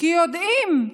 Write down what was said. כי יודעים,